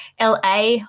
la